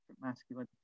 masculine